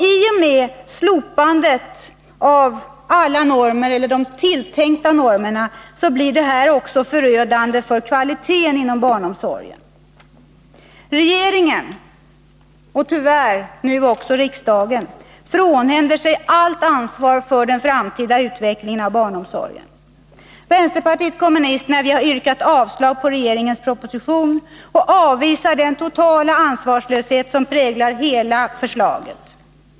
I och med slopandet av alla normer — eller de tilltänkta normerna — blir detta också förödande för kvaliteten i barnomsorgen. Regeringen — och tyvärr nu också riksdagen — frånhänder sig allt ansvar för den framtida utvecklingen av barnomsorgen. Vänsterpartiet kommunisterna har yrkat avslag på regeringens proposition och avvisar den totala ansvarslöshet som präglar hela förslaget.